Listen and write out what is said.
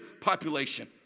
population